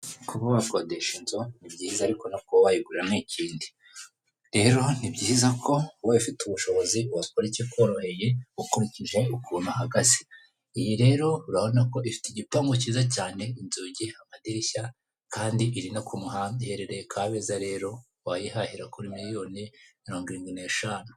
Kuba wakodesha inzu ni byiza ariko no kuba wayigura ni ikindi, rero nibyiza ko ubaye ufite ubushobozi wakora ikikoroheye ukurikije ukuntu uhagaze, iyi rero urabona ko igipangu kiza cyane inzugi, amadirishya kandi iri no ku muhanda, ihereye Kabeza rero wayihahira kuri miliyoni mirongo irindwi n'eshanu.